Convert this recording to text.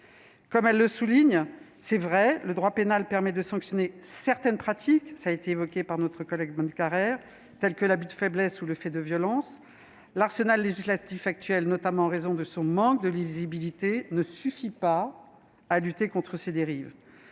Comme elles le soulignent, même si le droit pénal permet de sanctionner certaines pratiques, évoquées par notre collègue Philippe Bonnecarrère, telles que l'abus de faiblesse ou les faits de violences, l'arsenal législatif actuel, notamment en raison de son manque de lisibilité, ne suffit pas à lutter contre ces dérives.